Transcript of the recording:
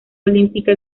olímpica